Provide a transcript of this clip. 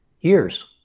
years